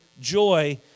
joy